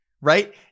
right